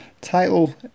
title